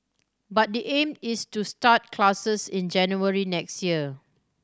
but the aim is to start classes in January next year